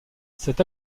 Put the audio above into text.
cet